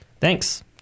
Thanks